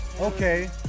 okay